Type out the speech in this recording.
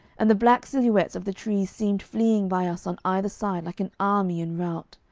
and the black silhouettes of the trees seemed fleeing by us on either side like an army in rout.